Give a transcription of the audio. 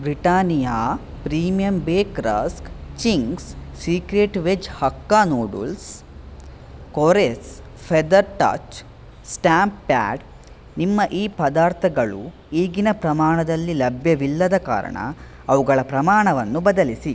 Britannia premium bake rusk Ching's secret veg hakka noodles Kores feather touch stamp pad ನಿಮ್ಮ ಈ ಪದಾರ್ಥಗಳು ಈಗಿನ ಪ್ರಮಾಣದಲ್ಲಿ ಲಭ್ಯವಿಲ್ಲದ ಕಾರಣ ಅವುಗಳ ಪ್ರಮಾಣವನ್ನು ಬದಲಿಸಿ